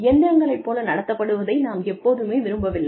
இயந்திரங்களைப் போல நடத்தப்படுவதை நாம் எப்போதுமே விரும்பவில்லை